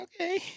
Okay